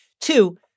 Two